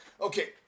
Okay